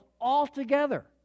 altogether